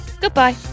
Goodbye